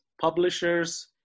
publishers